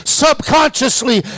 subconsciously